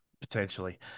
Potentially